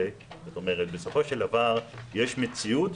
בסופו של דבר יש מציאות,